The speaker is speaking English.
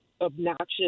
obnoxious